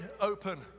open